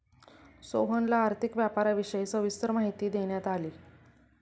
सोहनला आर्थिक व्यापाराविषयी सविस्तर माहिती देण्यात आली